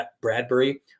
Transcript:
Bradbury